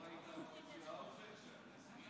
לא ראית מה הציע האוזר?